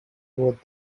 what